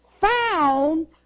found